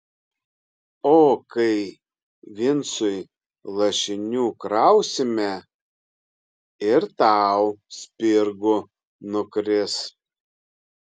o kai vincui lašinių krausime ir tau spirgų nukris